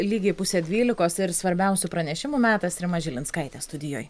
lygiai pusę dvylikos ir svarbiausių pranešimų metas rima žilinskaitė studijoj